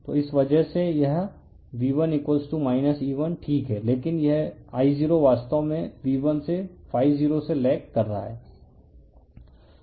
तो इस वजह से यह V1 E1 ठीक है लेकिन यह I0 वास्तव में V1 से 0 से लेग कर रहा है